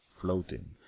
floating